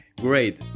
great